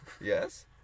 Yes